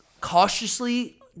cautiously